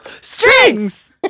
Strings